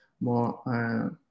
more